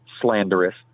slanderous